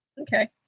okay